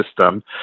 system